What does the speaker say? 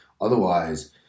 Otherwise